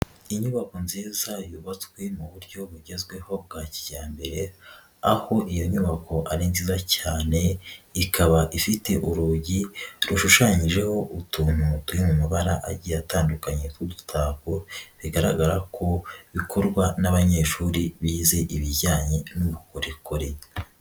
Inyubako nziza yubatswe mu buryo bugezweho bwa kijyambere aho iyo nyubako ari nziza cyane ikaba ifite urugi rushushanyijeho utuntu turi mu mabara agiye atandukanye tw'udutako bigaragara ko bikorwa n'abanyeshuri bize ibijyanye n'ubukorikori.